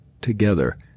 together